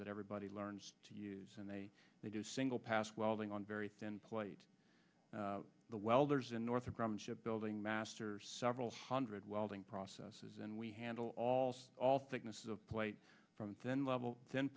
that everybody learns to use and they they do single pass welding on very thin plate the welders in northrop grumman shipbuilding master several hundred welding processes and we handle all all thickness of plate from then level then